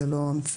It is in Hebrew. זה לא המצאה.